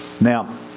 Now